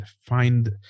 find